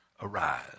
arise